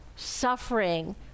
suffering